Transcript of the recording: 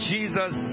Jesus